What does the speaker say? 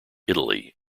italy